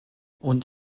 und